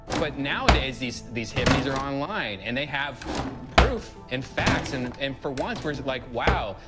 but nowadays, these these hippies are online and they have proof and facts and and and for once we're like, wow,